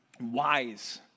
wise